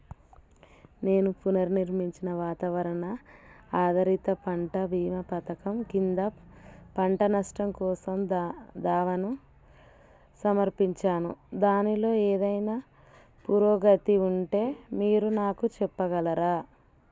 నేను పునర్నిర్మించిన వాతావరణ ఆధారిత పంట భీమా పథకం క్రింద పంట నష్టం కోసం దా దావాను సమర్పించాను దానిలో ఏదైనా పురోగతి ఉంటే మీరు నాకు చెప్పగలరా